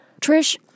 Trish